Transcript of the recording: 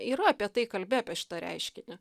yra apie tai kalbėję apie šitą reiškinį